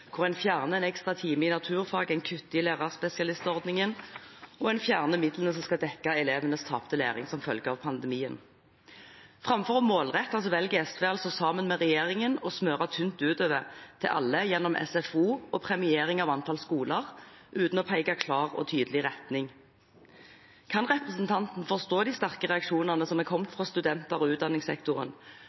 hvor en fjerner en ekstra time i naturfag, en kutter i lærerspesialistordningen, og en fjerner midlene som skal dekke elevenes tapte læring som følge av pandemien. Framfor å målrette velger SV sammen med regjeringen å smøre tynt utover til alle, gjennom SFO og premiering av antall skoler, uten å peke ut en klar og tydelig retning. Kan representanten forstå de sterke reaksjonene som er kommet fra studenter og utdanningssektoren